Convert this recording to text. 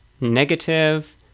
negative